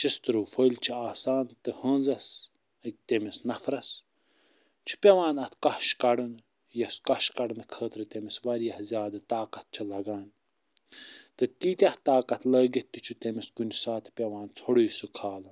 شِشتُروٗ فٔلۍ چھِ آسان تہٕ ہٲنٛزس تٔمِس نفرس چھِ پٮ۪وان اَتھ کَش کَڑُن یَس کَش کڑنہٕ خٲطرٕ تٔمِس وارِیاہ زیادٕ طاقت چھِ لگان تہٕ تیٖتیٛاہ طاقت لٲگِتھ تہِ چھُ تٔمِس کُنہِ ساتہٕ پٮ۪وان ژھوٚرٕے سُہ کھالُن